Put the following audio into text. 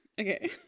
okay